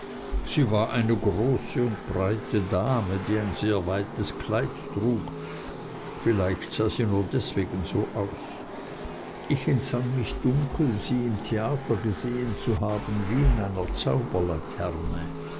sie war eine große und breite dame die ein sehr weites kleid trug vielleicht sah sie nur deswegen so aus ich entsann mich dunkel sie im theater gesehen zu haben wie in einer